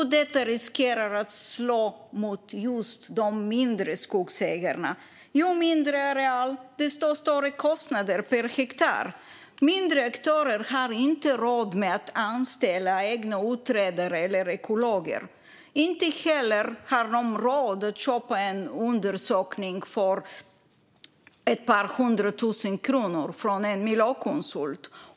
Detta riskerar att slå mot just de mindre skogsägarna - ju mindre areal, desto större kostnader per hektar. Mindre aktörer har inte råd att anställa egna utredare eller ekologer. De har inte heller råd att köpa en undersökning för ett par hundra tusen kronor från en miljökonsult.